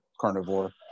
carnivore